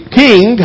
king